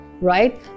right